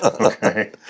okay